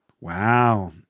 Wow